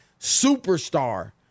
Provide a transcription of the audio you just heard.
superstar